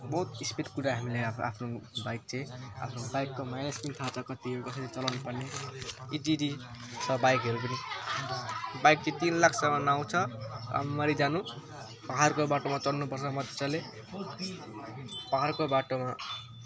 बहुत स्पिड कुदायो हामीले अब आफ्नो बाइक चाहिँ आफ्नो बाइकको माइलेज पनि थाहा छ कति हो कसरी चलाउन पर्ने इटिडी छ बाइकहरू पनि बाइक चाहिँ तिन लाखसम्म आउँछ राम्ररी जानु पाहाडको बाटोमा चढ्नुपर्छ मजाले पाहाडको बाटोमा